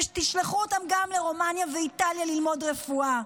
ותשלחו אותם גם לרומניה ואיטליה ללמוד רפואה.